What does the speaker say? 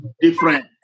different